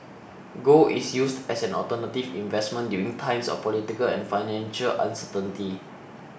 gold is used as an alternative investment during times of political and financial uncertainty